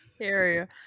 Area